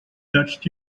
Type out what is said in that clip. touched